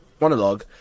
monologue